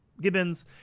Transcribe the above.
Gibbons